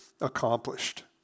accomplished